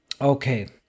Okay